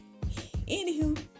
anywho